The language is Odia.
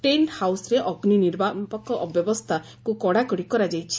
ଟେଣ୍ ହାଉସରେ ଅଗ୍ନି ନିର୍ବାପକ ବ୍ୟବସ୍ତାକୁ କଡାକଡି କରାଯାଇଛି